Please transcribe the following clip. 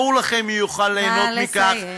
ברור לכם מי יוכל ליהנות מכך, נא לסיים.